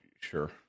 sure